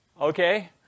Okay